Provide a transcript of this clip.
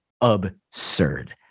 absurd